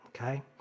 Okay